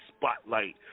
spotlight